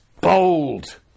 bold